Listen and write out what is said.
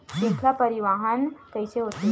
श्रृंखला परिवाहन कइसे होथे?